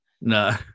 No